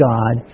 God